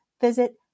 visit